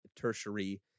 tertiary